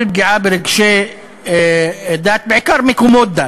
כל פגיעה ברגשי דת בעיקר מקומות דת,